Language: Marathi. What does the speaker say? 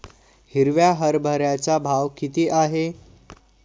हिरव्या हरभऱ्याचा भाव किती आहे?